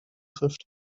trifft